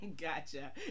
Gotcha